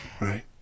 Right